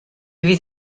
fydd